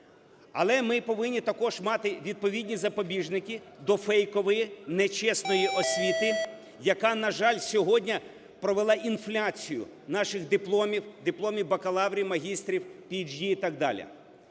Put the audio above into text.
Але ми повинні також мати відповідні запобіжники до фейкової, нечесної освіти, яка, на жаль, сьогодні провела інфляцію наших дипломів, дипломів бакалаврів, магістрів, PG і так далі.